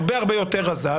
הרבה הרבה יותר רזה,